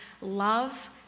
love